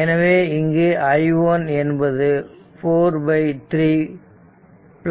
எனவே இங்கு i 1 current என்பது 4